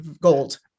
gold